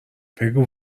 بگو